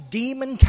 demon